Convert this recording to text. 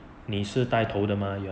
你是带头的吗